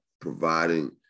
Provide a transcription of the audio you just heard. providing